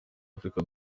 africa